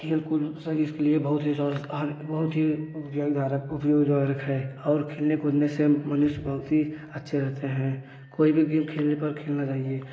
खेल कूद शरीर के लिए बहुत ही स्वास हानी बहुत ही उपई धारक उपयोग द्वारक है और खेलने कूदने से मनुष्य बहुत ही अच्छे रहते हैं कोई भी गेम खेलने पर खेलना चाहिए